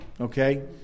Okay